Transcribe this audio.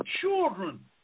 children